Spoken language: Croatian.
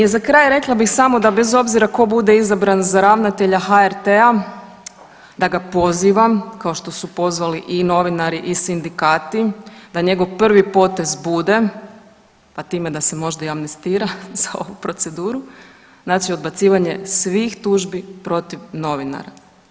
I za kraj rekla bih samo da bez obzira tko bude izabran za ravnatelja HRT-a da ga pozivam kao što su pozivali i novinari i sindikati da njegov prvi potez bude, a time možda i da se amnestira za ovu proceduru, znači odbacivanje svih tužbi protiv novinara.